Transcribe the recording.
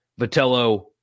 Vitello